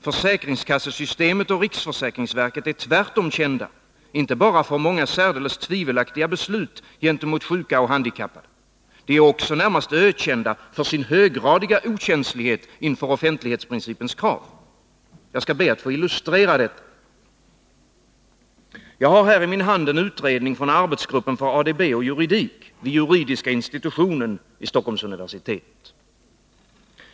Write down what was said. Försäkringskassorna och riksförsäkringsverket är tvärtom kända för särdeles tvivelaktiga beslut när det gäller många sjuka och handikappade. De är också närmast ökända för sin höggradiga okänslighet för offentlighetsprincipens krav. Jag vill illustrera detta. Jag har här i min hand en utredning från Arbetsgruppen för ADB och juridik vid juridiska institutionen vid Stockholms universitet.